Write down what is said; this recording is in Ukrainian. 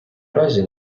разі